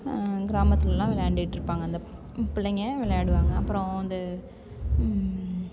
கிராமத்துலலாம் விளையாண்டுட்டுருப்பாங்க அந்த பிள்ளைங்க விளையாடுவாங்க அப்பறம் வந்து